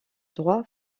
droit